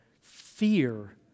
fear